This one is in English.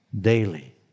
Daily